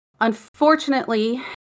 Unfortunately